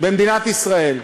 במדינת ישראל.